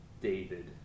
David